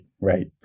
Right